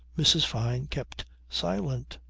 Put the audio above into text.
mrs. fyne kept silent.